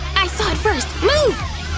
i saw it first, move!